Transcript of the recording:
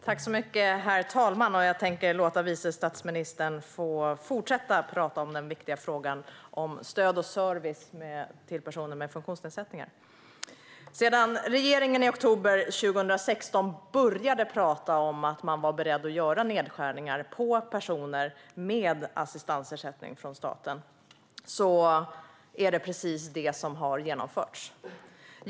Herr talman! Jag tänker låta vice statsministern fortsätta prata om den viktiga frågan om stöd och service till personer med funktionsnedsättningar. Sedan regeringen i oktober 2016 började tala om att man var beredd att göra nedskärningar på stödet till personer med assistansersättning från staten har precis det genomförts.